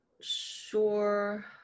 sure